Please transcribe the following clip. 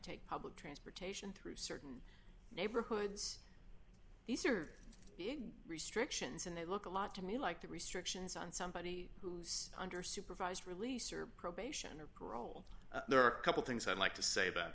take public transportation through certain neighborhoods these are restrictions and they look a lot to me like the restrictions on somebody who's under supervised release or probation or parole there are a couple things i'd like to say about